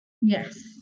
Yes